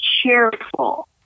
cheerful